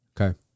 Okay